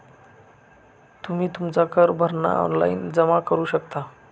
तुम्ही तुमचा कर भरणा ऑनलाइन जमा करू शकता